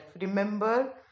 remember